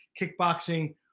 kickboxing